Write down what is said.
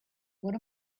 what